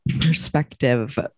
perspective